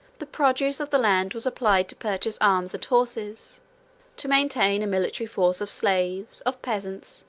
the produce of the land was applied to purchase arms and horses to maintain a military force of slaves, of peasants,